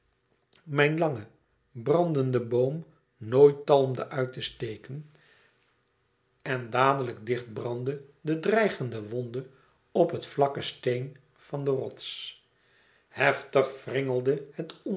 mijn langen brandenden boom nooit talmde uit te steken en dadelijk dicht brandde de dreigende wonde op het vlakke steen van den rots heftig wringelde het